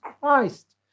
Christ